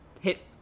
hit